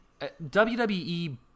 WWE